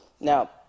Now